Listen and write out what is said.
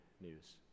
news